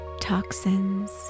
toxins